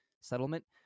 settlement